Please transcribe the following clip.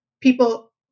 people